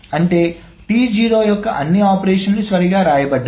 అంటే T0 యొక్క అన్నిఆపరేషన్లు సరిగ్గా వ్రాయబడ్డాయి